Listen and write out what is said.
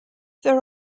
there